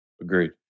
Agreed